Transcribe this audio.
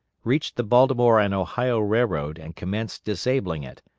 reached the baltimore and ohio railroad and commenced disabling it,